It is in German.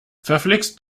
verflixt